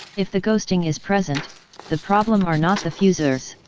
if the ghosting is present the problem are not the fusers.